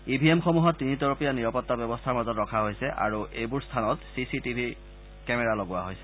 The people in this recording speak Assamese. ই ভি এমসমূহ তিনিতৰপীয়া নিৰাপত্তা ব্যৱস্থাৰ মাজত ৰখা হৈছে আৰু এইবোৰ স্থানত চি চি টিভি কেমেৰা লগোৱা হৈছে